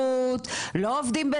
לא עובדים בחקלאות,